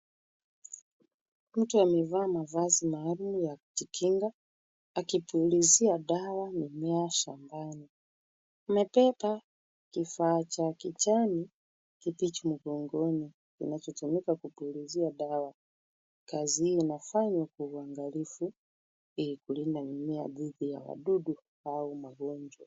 Mtu amevaa mavazi maalum ya kujikinga akipulizia dawa mimea shambani. Amebeba kifaa cha kijani kibichi mgongoni inachotumika kupulizia dawa. Kazi hii inafanywa kwa uangalifu ili kulinda mimea dhidi ya wadudu au magonjwa.